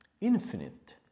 infinite